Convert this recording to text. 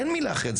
אין מילה אחרת,